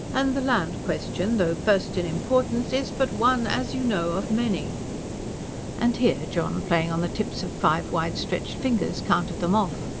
and the land question, though first in importance, is but one, as you know, of many and here john, playing on the tips of five wide-stretched fingers, counted them off.